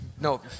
no